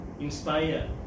inspire